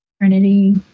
Trinity